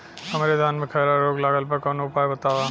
हमरे धान में खैरा रोग लगल बा कवनो उपाय बतावा?